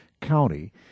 County